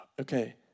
okay